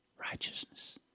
righteousness